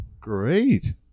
Great